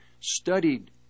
studied